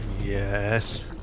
Yes